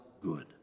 good